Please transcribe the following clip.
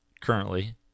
Currently